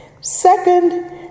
Second